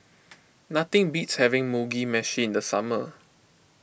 nothing beats having Mugi Meshi in the summer